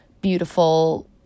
beautiful